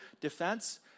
defense